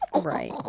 Right